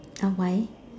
uh why